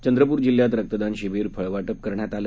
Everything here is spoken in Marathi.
चंद्रपूर जिल्ह्यात रक्तदान शिबीर फळवाटप करण्यात आलं